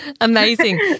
Amazing